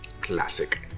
classic